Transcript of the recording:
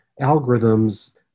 algorithms